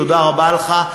תודה רבה לך,